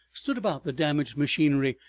stood about the damaged machinery,